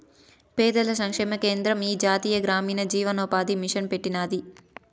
పేదల సంక్షేమ కేంద్రం ఈ జాతీయ గ్రామీణ జీవనోపాది మిసన్ పెట్టినాది